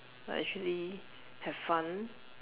but actually have fun